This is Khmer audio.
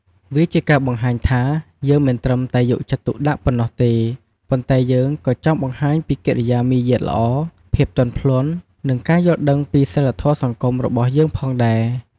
វាជាការបង្ហាញថា យើងមិនត្រឹមតែយកចិត្តទុកដាក់ប៉ុណ្ណោះទេ ប៉ុន្តែយើងក៏ចង់បង្ហាញពីកិរិយាមារយាទល្អ ភាពទន់ភ្លន់ និងការយល់ដឹងពីសីលធម៌សង្គមរបស់យើងផងដែរ។